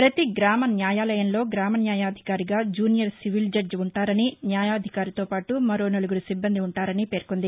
ప్రతి గ్రామన్యాయాలయంలో గ్రామ న్యాయాధికారిగా జూనియర్ సివిల్ జద్ది ఉంటారని న్యాయాధికారితో పాటు మరో నలుగురు సిబ్బంది ఉంటారని పేర్కొంది